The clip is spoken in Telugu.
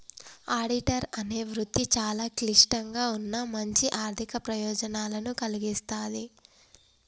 ఆడిటర్ అనే వృత్తి చాలా క్లిష్టంగా ఉన్నా మంచి ఆర్ధిక ప్రయోజనాలను కల్గిస్తాది